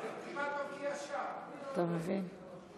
הוא כמעט מבקיע שער, תני לו עוד רגע.